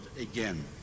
again